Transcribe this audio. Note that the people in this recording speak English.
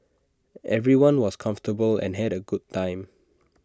everyone was comfortable and had A good time